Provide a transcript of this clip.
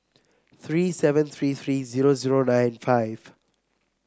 three seven three three zero zero nine five